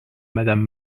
madame